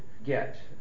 get